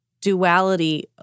duality